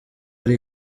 ari